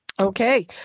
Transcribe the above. Okay